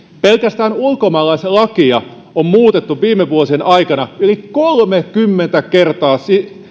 pelkästään ulkomaalaislakia on muutettu viime vuosien aikana yli kolmekymmentä kertaa